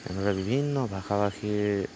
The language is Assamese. এনেদৰে বিভিন্ন ভাষা ভাষীৰ